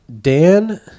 Dan